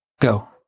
Go